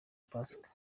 pasika